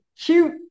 Cute